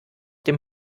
dem